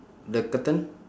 the curtain